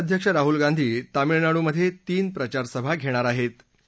काँग्रेसचे अध्यक्ष राहुल गांधी तामिळनाडूमधे तीन प्रचारसभा घेणार आहेत